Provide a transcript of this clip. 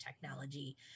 technology